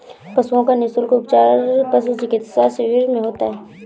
पशुओं का निःशुल्क उपचार पशु चिकित्सा शिविर में होता है